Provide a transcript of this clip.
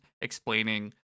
explaining